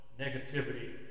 negativity